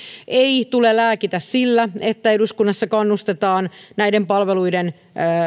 ei tule lääkitä sillä että eduskunnassa kannustetaan näiden palveluiden